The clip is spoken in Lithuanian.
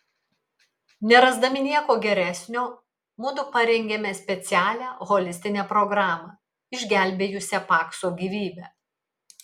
nerasdami nieko geresnio mudu parengėme specialią holistinę programą išgelbėjusią pakso gyvybę